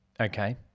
Okay